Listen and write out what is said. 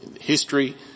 history